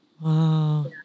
Wow